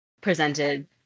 presented